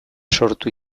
sortu